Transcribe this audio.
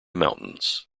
mountains